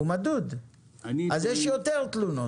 אז יש יותר תלונות.